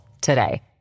today